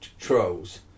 trolls